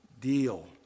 deal